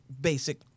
basic